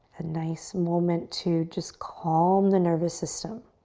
a nice moment to just calm the nervous system.